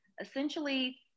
essentially